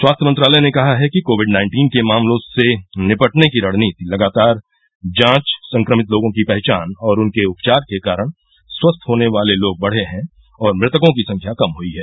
स्वास्थ्य मंत्रालय ने कहा है कि कोविड नाइन्टीन के मामलों से निपटने की रणनीति लगातार जांच संक्रमित लोगों की पहचान और उनके उपचार के कारण स्वस्थ होने वाले लोग बढ़े हैं और मृतकों की संख्या कम हई है